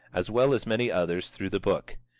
as well as many others through the book.